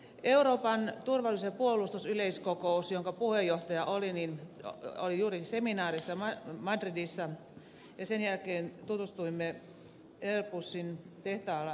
euroopan turvallisuus ja puolustuspoliittinen yleiskokous jonka puheenjohtaja olin oli juuri seminaarissa madridissa ja seminaarin jälkeen tutustuimme airbusin tehtaaseen sevillassa